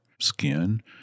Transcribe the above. skin